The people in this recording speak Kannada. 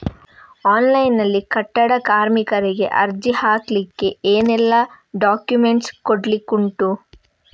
ಆನ್ಲೈನ್ ನಲ್ಲಿ ಕಟ್ಟಡ ಕಾರ್ಮಿಕರಿಗೆ ಅರ್ಜಿ ಹಾಕ್ಲಿಕ್ಕೆ ಏನೆಲ್ಲಾ ಡಾಕ್ಯುಮೆಂಟ್ಸ್ ಕೊಡ್ಲಿಕುಂಟು?